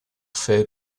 fait